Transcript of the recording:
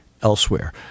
Elsewhere